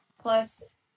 Plus